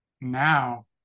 now